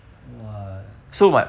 !wah!